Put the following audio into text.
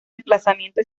emplazamiento